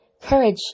Courage